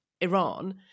Iran